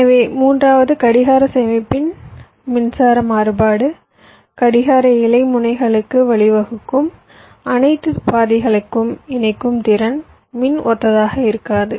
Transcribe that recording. எனவே மூன்றாவது கடிகார சேமிப்பின் மின்சார மாறுபாடு கடிகார இலை முனைகளுக்கு வழிவகுக்கும் அனைத்து பாதைகளுக்கும் இணைக்கும் திறன் மின் ஒத்ததாக இருக்காது